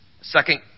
second